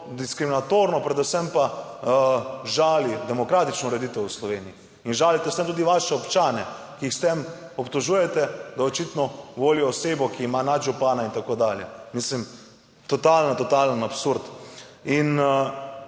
diskriminatorno, predvsem pa žali demokratično ureditev v Sloveniji in žalite s tem tudi vaše občane, ki jih s tem obtožujete, da očitno volijo osebo, ki ima nadžupana in tako dalje. Mislim, totalno totalen absurd. In